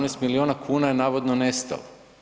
17 milijuna kuna je navodno nestalo.